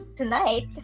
tonight